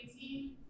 team